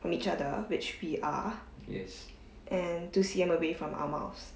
from each other which we are and two C_M away from our mouse